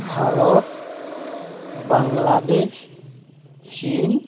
ভাৰত বাংলাদেশ চীন